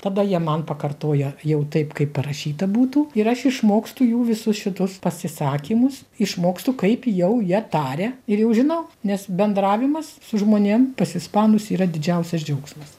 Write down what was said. tada jie man pakartoja jau taip kaip parašyta būtų ir aš išmokstu jų visus šitus pasisakymus išmokstu kaip jau jie taria ir jau žinau nes bendravimas su žmonėm pas ispanus yra didžiausias džiaugsmas